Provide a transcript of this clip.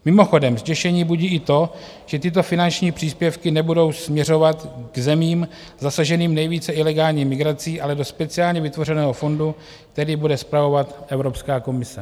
Mimochodem zděšení budí i to, že tyto finanční příspěvky nebudou směřovat k zemím zasaženým nejvíce ilegální migrací, ale do speciálně vytvořeného fondu, který bude spravovat Evropská komise.